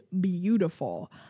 beautiful